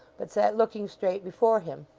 but sat looking straight before him.